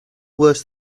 worse